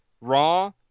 Raw